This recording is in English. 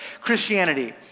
Christianity